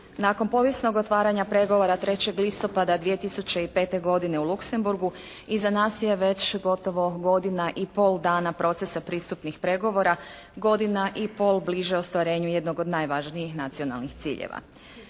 Nakon povijesnog otvaranja pregovora 3. listopada 2005. godine u Luxemburgu iza nas je već gotovo godina i pol dana procesa pristupnih pregovora, godina i pol bliže ostvarenju jednog od najvažnijih nacionalnih ciljeva.